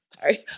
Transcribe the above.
Sorry